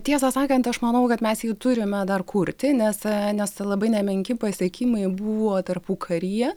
tiesą sakant aš manau kad mes jį turime dar kurti nes a nes labai nemenki pasiekimai buvo tarpukaryje